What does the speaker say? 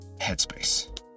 headspace